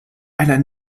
einer